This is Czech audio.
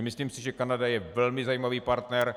Myslím si, že Kanada je velmi zajímavý partner.